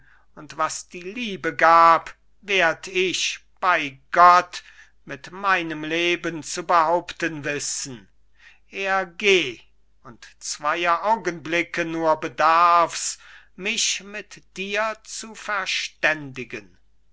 und was die liebe gab werd ich bei gott mit meinem leben zu behaupten wissen er geh und zweier augenblicke nur bedarf's mich mit dir zu verständigen